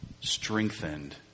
strengthened